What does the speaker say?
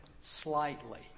slightly